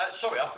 Sorry